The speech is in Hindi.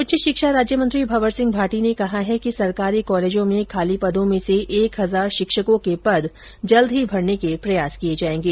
उच्च शिक्षा राज्य मंत्री भंवरसिंह भाटी ने कहा है कि सरकारी कॉलेजों में खाली पदों में से एक हजार शिक्षकों के पद शीघ भरने के प्रयास होंगे